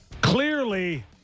clearly